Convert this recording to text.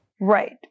Right